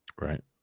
Right